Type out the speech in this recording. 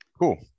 Cool